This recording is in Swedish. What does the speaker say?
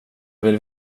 vill